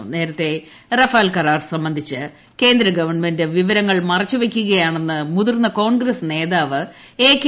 ന്യൂര്ത്ത്ത് Rafale കരാർ സംബന്ധിച്ച് കേന്ദ്രഗവൺമെന്റ് വിവരങ്ങൾ ്മറച്ചു്വെയ്ക്കുകയാണെന്ന് മുതിർന്ന കോൺഗ്രസ് നേതാവ് എ ്കി